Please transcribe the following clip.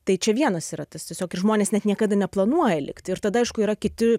tai čia vienas yra tas tiesiog ir žmonės net niekada neplanuoja likti ir tada aišku yra kiti